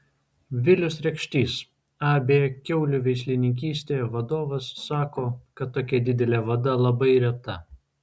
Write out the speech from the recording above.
vilius rekštys ab kiaulių veislininkystė vadovas sako kad tokia didelė vada labai reta